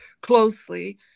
closely